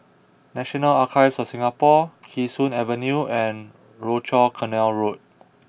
National Archives of Singapore Kee Sun Avenue and Rochor Canal Road